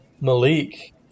Malik